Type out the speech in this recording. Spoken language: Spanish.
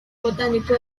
botánico